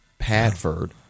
Padford